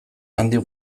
handik